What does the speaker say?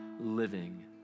living